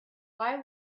why